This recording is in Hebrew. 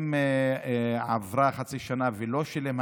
אם עברה חצי שנה והאזרח